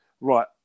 right